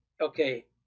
okay